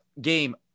game